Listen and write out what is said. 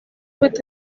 with